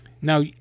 Now